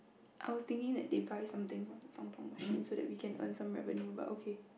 I was thinking that they buy something from the machine so that we can earn some revenue but okay